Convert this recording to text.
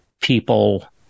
people